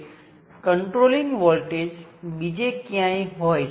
તેથી સંપૂર્ણ બાબત 0 વોલ્ટનાં વોલ્ટેજ સ્ત્રોતની સમકક્ષ છે